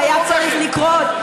שהיה צריך לקרות.